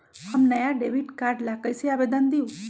हम नया debit card ला कईसे आवेदन दिउ?